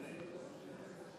תודה, גברתי.